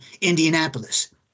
Indianapolis